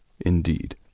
Indeed